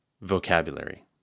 vocabulary